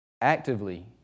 actively